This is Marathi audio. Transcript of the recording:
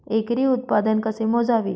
एकरी उत्पादन कसे मोजावे?